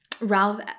Ralph